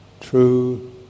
true